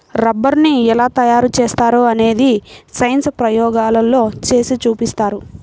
రబ్బరుని ఎలా తయారు చేస్తారో అనేది సైన్స్ ప్రయోగాల్లో చేసి చూపిస్తారు